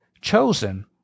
chosen